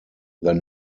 than